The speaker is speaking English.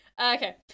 okay